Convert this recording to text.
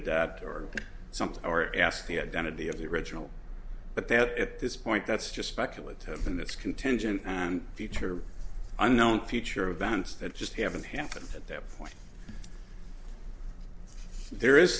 something or ask the identity of the original but that at this point that's just speculative and that's contingent and future unknown future events that just haven't happened at that point there is